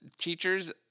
Teachers